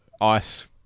Ice